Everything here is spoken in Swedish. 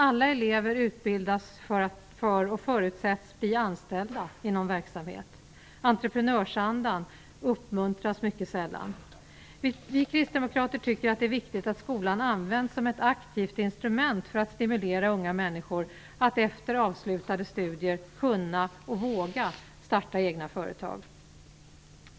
Alla elever utbildas för och förutsätts bli anställda i någon verksamhet. Entreprenörsandan uppmuntras mycket sällan. Vi kristdemokrater tycker att det är viktigt att skolan används som ett aktivt instrument för att stimulera unga människor att efter avslutade studier kunna och våga starta egna företag.